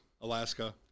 Alaska